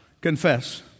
confess